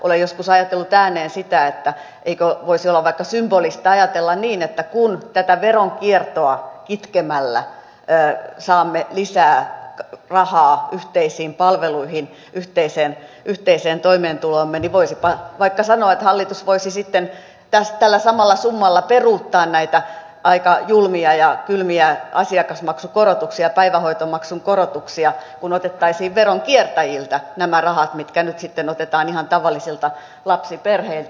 olen joskus ajatellut ääneen sitä eikö voisi olla vaikka symbolista ajatella niin että kun tätä veronkiertoa kitkemällä saamme lisää rahaa yhteisiin palveluihin yhteiseen toimeentuloomme niin voisipa vaikka sanoa näin hallitus voisi sitten tällä samalla summalla peruuttaa näitä aika julmia ja kylmiä asiakasmaksukorotuksia ja päivähoitomaksun korotuksia kun otettaisiin veronkiertäjiltä nämä rahat mitkä nyt sitten otetaan ihan tavallisilta lapsiperheiltä